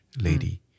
lady